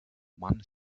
man